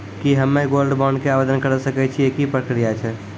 की हम्मय gold bond के आवदेन करे सकय छियै, की प्रक्रिया छै?